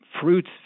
fruits